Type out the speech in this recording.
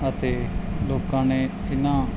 ਅਤੇ ਲੋਕਾਂ ਨੇ ਇਹਨਾਂ